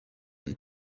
and